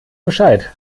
bescheid